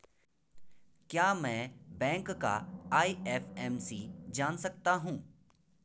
क्या मैं बैंक का आई.एफ.एम.सी जान सकता हूँ?